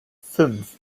fünf